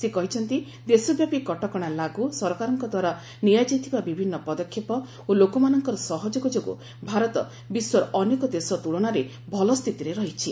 ସେ କହିଛନ୍ତି ଦେଶବ୍ୟାପୀ କଟକଣା ଲାଗୁ ସରକାରଙ୍କଦ୍ୱାରା ନିଆଯାଇଥିବା ବିଭିନ୍ନ ପଦକ୍ଷେପ ଓ ଲୋକମାନଙ୍କର ସହଯୋଗ ଯୋଗୁଁ ଭାରତ ବିଶ୍ୱର ଅନେକ ଦେଶ ତୁଳନାରେ ଭଲ ସ୍ଥିତିରେ ରହିଛି